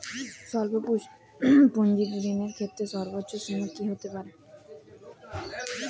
স্বল্প পুঁজির ঋণের ক্ষেত্রে সর্ব্বোচ্চ সীমা কী হতে পারে?